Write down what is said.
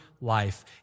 life